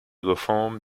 reform